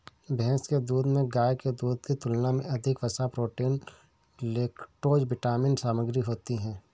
भैंस के दूध में गाय के दूध की तुलना में अधिक वसा, प्रोटीन, लैक्टोज विटामिन सामग्री होती है